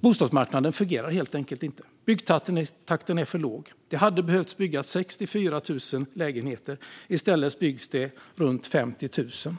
Bostadsmarknaden fungerar helt enkelt inte. Byggtakten är för låg. Det hade behövt byggas 64 000 lägenheter, men i stället byggs runt 50 000.